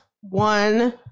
One